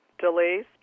delays